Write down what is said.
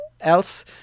else